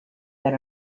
that